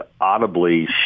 audibly